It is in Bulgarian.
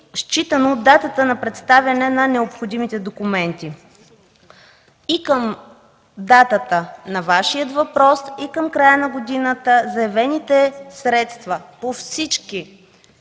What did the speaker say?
считано от датата на представяне на необходимите документи – и към датата на Вашия въпрос и към края на годината, заявените средства по всички